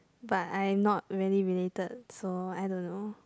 but I'm not really related so I don't know